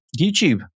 YouTube